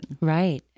Right